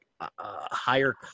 higher